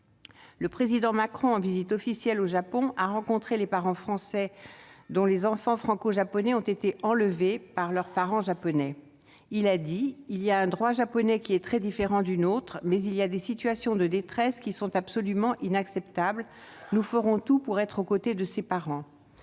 le président Macron a rencontré les parents français dont les enfants franco-japonais ont été enlevés par leur parent japonais. Il a déclaré :« Il y a un droit japonais, qui est très différent du nôtre, mais il y a des situations de détresse qui sont absolument inacceptables. [Nous ferons] tout pour être aux côtés de [ces parents].